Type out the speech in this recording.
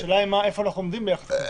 השאלה איפה אנחנו עומדים בנושא הזה.